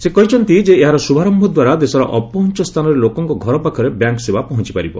ସେ କହିଛନ୍ତି ଯେ ଏହାର ଶୁଭାରମ୍ଭ ଦ୍ୱାରା ଦେଶର ଅପହଞ୍ଚ ସ୍ଥାନରେ ଲୋକଙ୍କ ଘର ପାଖରେ ବ୍ୟାଙ୍କ୍ ସେବା ପହଞ୍ଚିପାରିବ